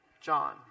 John